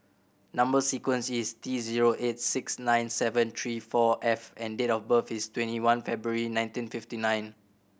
number sequence is T zero eight six nine seven three four F and date of birth is twenty one February nineteen fifty nine